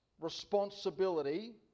responsibility